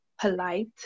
polite